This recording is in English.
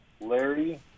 Larry